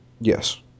Yes